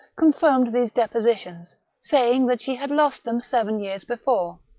confirmed these depositions, saying that she had lost them seven years before.